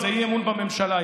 זה אי-אמון בממשלה,